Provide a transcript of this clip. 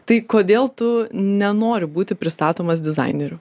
tai kodėl tu nenori būti pristatomas dizaineriu